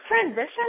transition